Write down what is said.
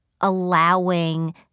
allowing